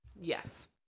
Yes